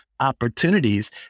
opportunities